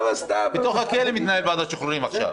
בתוך הכלא מתנהלת ועדת שחרורים עכשיו.